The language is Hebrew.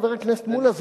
חבר הכנסת מולה,